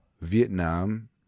Vietnam